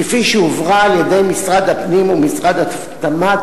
כפי שהועברה על-ידי משרד הפנים ומשרד התמ"ת,